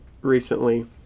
recently